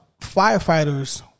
Firefighters